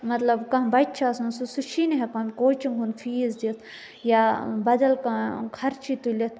مطلب کانٛہہ بَچہِ چھُ آسان سُہ سُہ چھُی نہٕ ہٮ۪کان کوچِنٛگ ہُنٛد فیٖس دِتھ یا بَدل کانٛہہ خرچٕے تُلِتھ